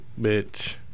bitch